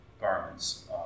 garments